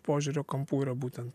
požiūrio kampų yra būtent